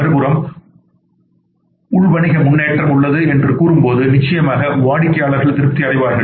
மறுபுறம் உள் வணிக முன்னேற்றம் உள்ளது என்று கூறும்போது நிச்சயமாக வாடிக்கையாளர்கள் திருப்தி அடைவார்கள்